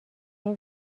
این